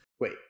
Wait